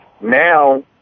Now